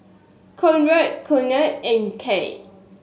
Conrad Conard and Kate